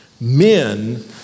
Men